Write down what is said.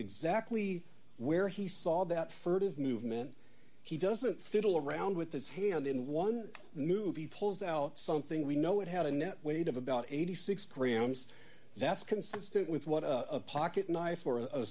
exactly where he saw that furtive movement he doesn't fiddle around with his hand in one movie pulls out something we know it had a net weight of about eighty six grams that's consistent with what a pocket knife or a